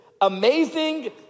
Amazing